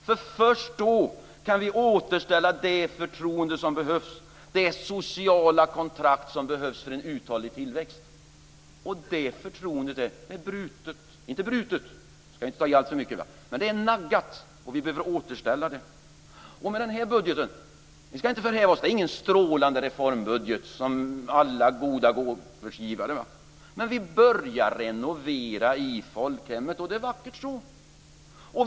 Först då kan vi återställa det förtroende som behövs, det sociala kontrakt som behövs, för en uthållig tillväxt. Det förtroendet är naggat, och vi behöver återställa det. Vi ska inte förhäva oss - det här är ingen strålande reformbudget och alla goda gåvors givare - men med den här budgeten börjar vi renovera i folkhemmet. Det är vackert så.